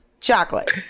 chocolate